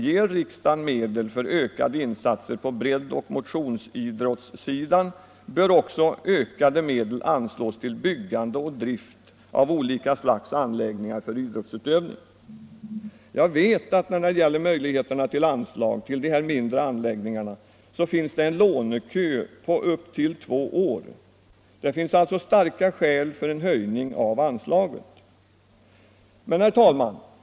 Ger riksdagen medel för ökade insatser på breddoch motionsidrottssidan, bör ju också ökade medel anslås till byggande och drift av olika slags anläggningar för idrottsutövning. Jag vet att när det gäller anslag till de här mindre anläggningarna finns det en lånekö på upp till två år. Vi har alltså starka skäl för en höjning av anslaget. Herr talman!